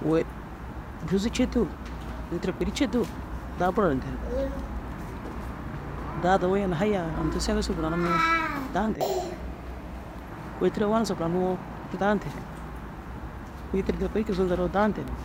Wee rôzo citu ini tira kuri ciddo daa boro nerg daa dowiyo na haya ntu segesu buranuŋoo daa nterig. Kôi tira wanasa buraniŋoo te daa nterig. Kôi tira kuri kisim ntroo daa nterig